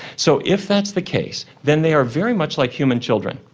so if that's the case, then they are very much like human children.